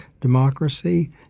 democracy